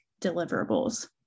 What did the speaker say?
deliverables